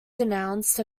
denounced